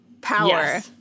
power